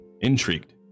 intrigued